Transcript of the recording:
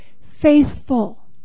faithful